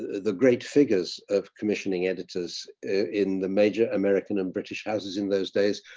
the great figures of commissioning editors in the major american and british houses in those days,